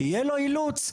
יהיה לו אילוץ?